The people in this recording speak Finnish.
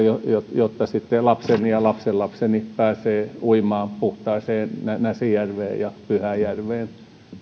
jotta sitten lapseni ja lapsenlapseni pääsevät uimaan puhtaaseen näsijärveen ja pyhäjärveen